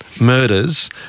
murders